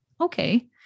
okay